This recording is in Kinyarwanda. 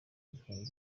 ibihumbi